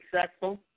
successful